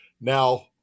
Now